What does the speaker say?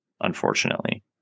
unfortunately